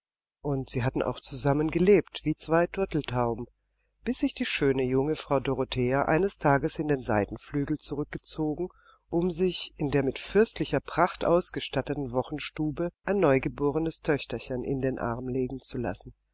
und sie hatten auch zusammen gelebt wie zwei turteltauben bis sich die schöne junge frau dorothea eines tages in den seitenflügel zurückgezogen um sich in der mit fürstlicher pracht ausgestatteten wochenstube ein neugeborenes töchterchen in den arm legen zu lassen